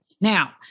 Now